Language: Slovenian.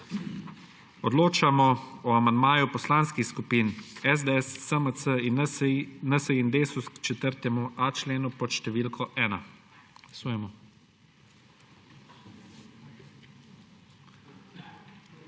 Odločamo o amandmaju poslanskih skupin SDS, SMC in NSi in Desus k 4.a členu pod številko 1.